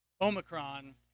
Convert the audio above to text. omicron